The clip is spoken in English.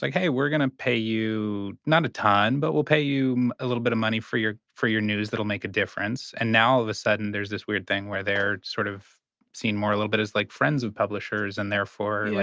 like hey, we're gonna pay you not a ton, but we'll pay you a little bit of money for your for your news that'll make a difference. and now all of a sudden, there's this weird thing where they're sort of seen more a little bit as, like, friends of publishers. and therefore, like,